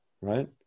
right